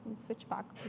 switch back.